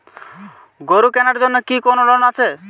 গরু কেনার জন্য কি কোন লোন আছে?